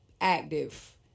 active